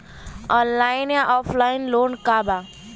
Online या offline loan का बा?